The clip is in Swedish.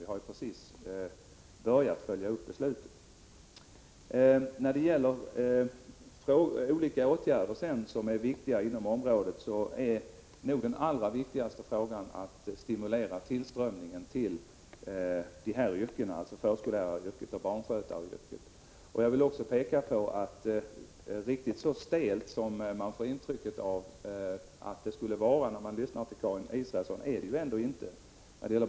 Vi har ju precis börjat följa upp beslutet. När det gäller olika åtgärder tror jag att det allra viktigaste är att stimulera tillströmningen till förskolläraryrket och barnskötaryrket. Men riktigt så stelt som man får intryck av att det skulle vara när man lyssnar på Karin Israelsson är det ändå inte.